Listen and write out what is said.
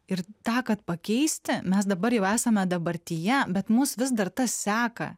ir tą kad pakeisti mes dabar jau esame dabartyje bet mus vis dar tas seka